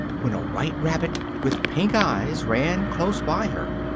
when a white rabbit with pink eyes ran close by her.